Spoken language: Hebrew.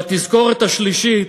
והתזכורת השלישית,